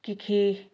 কৃষি